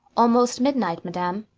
almost midnight, madam.